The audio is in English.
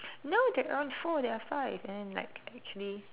no there aren't four there are five and then like actually